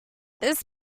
this